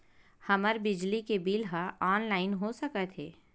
हमर बिजली के बिल ह ऑनलाइन हो सकत हे?